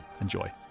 Enjoy